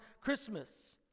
Christmas